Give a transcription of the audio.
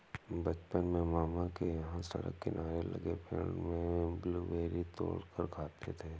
बचपन में मामा के यहां सड़क किनारे लगे पेड़ से ब्लूबेरी तोड़ कर खाते थे